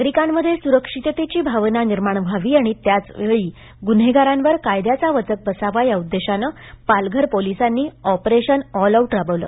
नागरिकांमध्ये सुरक्षिततेपी भावना निर्माण व्हावी आणि त्यापवेळी गृन्हेगारांवर कायद्यापा वचक बसावा या उद्देशानं पालघर पोलिसांनी ऑपरेशन ऑलआऊट राबवल